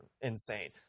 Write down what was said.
insane